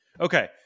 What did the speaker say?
Okay